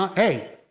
ah hey,